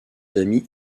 amis